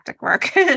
work